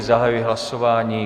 Zahajuji hlasování.